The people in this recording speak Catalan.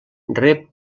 rep